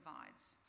provides